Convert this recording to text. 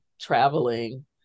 traveling